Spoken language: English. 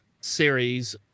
series